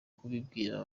kubibwira